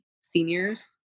seniors